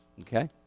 Okay